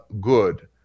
good